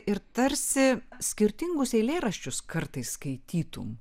ir tarsi skirtingus eilėraščius kartais skaitytum